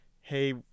Hey